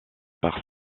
par